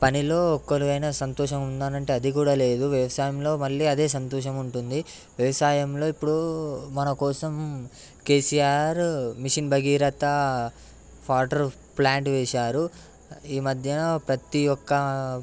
పనిలో ఒక్కరోజైనా సంతోషం ఉన్నానంటే అది కూడా లేదు వ్యవసాయంలో మళ్ళీ అదే సంతోషం ఉంటుంది వ్యవసాయంలో ఇప్పుడు మన కోసం KCR mission Bhagiratha water plant వేశారు ఈ మధ్యన ప్రతి ఒక్క